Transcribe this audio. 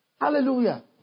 Hallelujah